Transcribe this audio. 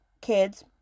kids